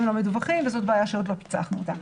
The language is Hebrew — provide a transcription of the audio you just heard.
לא מדווחים וזאת בעיה שעוד לא פיצחנו אותה.